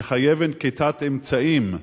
מחייבים נקיטת אמצעים.